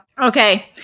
Okay